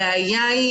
הבעיה,